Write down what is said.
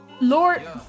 Lord